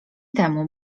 temu